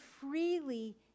freely